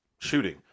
shooting